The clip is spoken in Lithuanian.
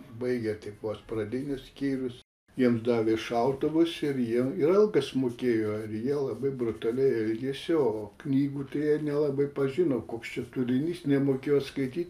baigę tik vos pradinius skyrius jiems davė šautuvus ir jie ir algas mokėjo ir jie labai brutaliai elgėsi o knygų tai jie nelabai pažino koks čia turinys nemokėjo skaityt